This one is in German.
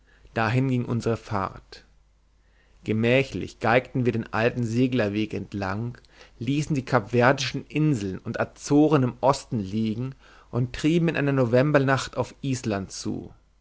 dahin ging unsere fahrt gemächlich geigten wir den alten seglerweg entlang ließen die capverdischen inseln und azoren im osten liegen und trieben in einer novembernacht auf island zu